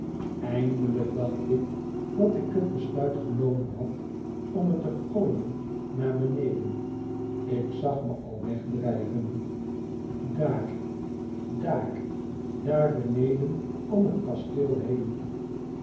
eindelijk dacht ik dat ik het besluit genomen had om me te gooien naar beneden ik zag me al wegdrijven daar daar daar beneden om het kasteel heen